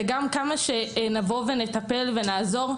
כמה שנבוא ונטפל ונעזור,